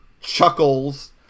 chuckles